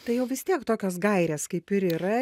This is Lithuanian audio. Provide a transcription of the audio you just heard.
tai jau vis tiek tokios gairės kaip ir yra